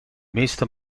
meeste